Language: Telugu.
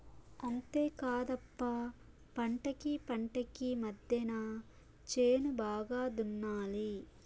అంతేకాదప్ప పంటకీ పంటకీ మద్దెన చేను బాగా దున్నాలి